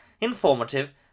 informative